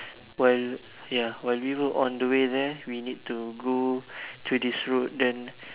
while ya while we were on the way there we need to go to this road then